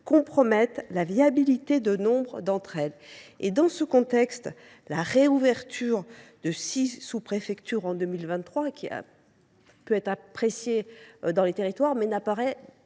compromettent la viabilité de nombre d’entre elles ». Dans ce contexte, la réouverture de six sous préfectures en 2023, qui peut être appréciée dans les territoires, apparaît